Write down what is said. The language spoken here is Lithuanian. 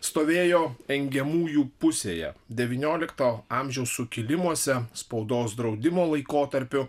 stovėjo engiamųjų pusėje devyniolikto amžiaus sukilimuose spaudos draudimo laikotarpiu